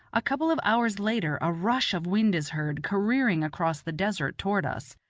a couple of hours later a rush of wind is heard careering across the desert toward us,